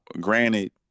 granted